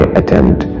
attempt